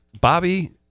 Bobby